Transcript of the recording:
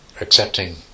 accepting